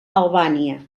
albània